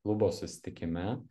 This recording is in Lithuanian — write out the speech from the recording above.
klubo susitikime